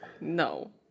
No